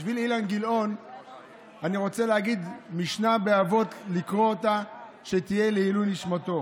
בשביל אילן גילאון אני רוצה לקרוא משנה באבות שתהיה לעילוי נשמתו.